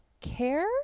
care